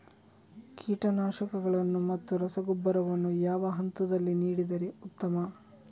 ಕೀಟನಾಶಕಗಳನ್ನು ಮತ್ತು ರಸಗೊಬ್ಬರವನ್ನು ಯಾವ ಹಂತದಲ್ಲಿ ನೀಡಿದರೆ ಉತ್ತಮ?